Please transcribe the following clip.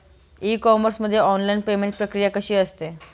E commerce मध्ये online payment प्रक्रिया कशी असते?